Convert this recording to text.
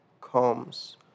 comes